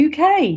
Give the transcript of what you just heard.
UK